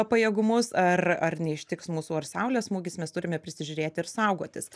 pajėgumus ar ar neištiks mūsų ar saulės smūgis mes turime prisižiūrėti ir saugotis